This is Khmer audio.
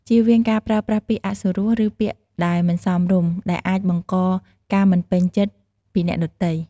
ជៀសវាងការប្រើប្រាស់ពាក្យអសុរោះ ឬពាក្យដែលមិនសមរម្យ ដែលអាចបង្កការមិនពេញចិត្តពីអ្នកដទៃ។